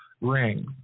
ring